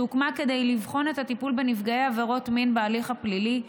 שהוקמה כדי לבחון את הטיפול בנפגעי עבירות מין בהליך הפלילי,